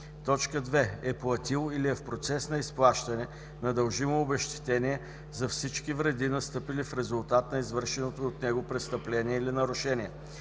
2. е платил или е в процес на изплащане на дължимо обезщетение за всички вреди, настъпили в резултат от извършеното от него престъпление или нарушение;